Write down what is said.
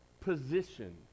position